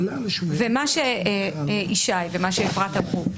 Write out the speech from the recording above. ומה שישי ומה שאפרת אמרו,